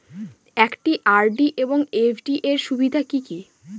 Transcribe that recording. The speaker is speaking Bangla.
একটি আর.ডি এবং এফ.ডি এর সুবিধা কি কি?